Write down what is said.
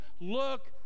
look